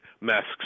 masks